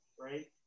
right